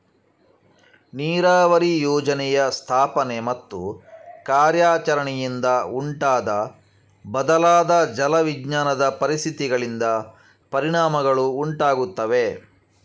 ನೀರಾವರಿ ಯೋಜನೆಯ ಸ್ಥಾಪನೆ ಮತ್ತು ಕಾರ್ಯಾಚರಣೆಯಿಂದ ಉಂಟಾದ ಬದಲಾದ ಜಲ ವಿಜ್ಞಾನದ ಪರಿಸ್ಥಿತಿಗಳಿಂದ ಪರಿಣಾಮಗಳು ಉಂಟಾಗುತ್ತವೆ